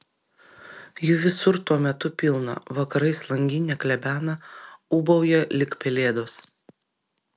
jų visur tuo metu pilna vakarais langinę klebena ūbauja lyg pelėdos